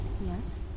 Yes